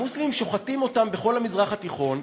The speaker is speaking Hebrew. המוסלמים שוחטים אותם בכל המזרח התיכון.